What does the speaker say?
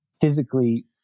physically